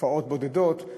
תופעות בודדות,